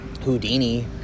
houdini